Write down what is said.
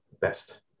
best